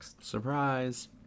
Surprise